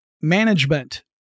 management